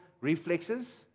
reflexes